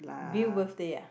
Bill birthday ah